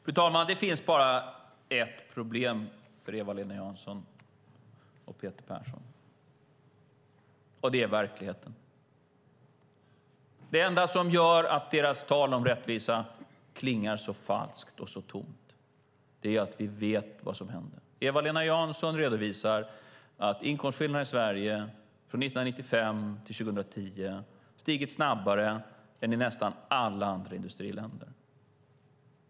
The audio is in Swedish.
Fru talman! Det finns bara ett problem för Eva-Lena Jansson och Peter Persson, och det är verkligheten. Det enda som gör att deras tal om rättvisa klingar så falskt och så tomt är att vi vet vad som händer. Eva-Lena Jansson redovisar att inkomstskillnaderna i Sverige från 1995 till 2010 stigit snabbare än i nästan alla andra industriländer.